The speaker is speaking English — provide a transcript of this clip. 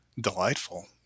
delightful